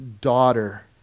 daughter